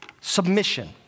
Submission